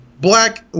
Black